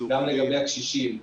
גם לגבי הקשישים,